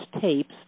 tapes